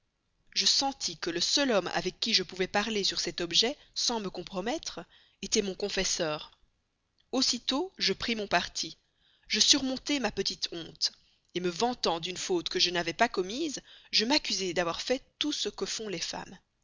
je sentis que le seul homme avec qui je pouvais parler sur cet objet sans me compromettre était mon confesseur aussitôt je pris mon parti je surmontai ma petite honte me vantant d'une faute que je n'avais pas commise je m'accusai d'avoir fait tout ce que font les femmes